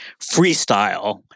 freestyle